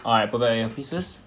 hi put on earpieces